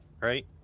right